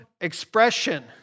expression